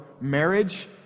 marriage